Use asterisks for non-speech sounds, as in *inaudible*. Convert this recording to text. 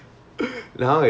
*noise*